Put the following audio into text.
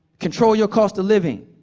control your cost of living,